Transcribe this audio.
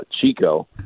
Chico